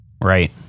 Right